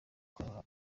kwarura